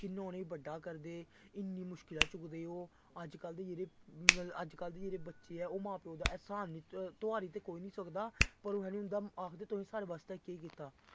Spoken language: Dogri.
कि'यां उ'नें गी बड्डा करदे इन्नी मुशकिलां च कुदै ओह् अजकल्ल दे जेह्ड़े मतलब अजकल्ल दे बच्चे ऐ ओह् मां प्यो ऐहसान तोआरी ते कोई निं सकदा पर ओह् आखदे तुसें साढ़ै बास्तै केह् कीता